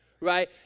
right